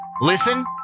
listen